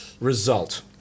result